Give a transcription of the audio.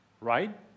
right